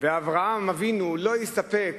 ואברהם אבינו לא הסתפק